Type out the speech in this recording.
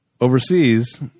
Overseas